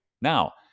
Now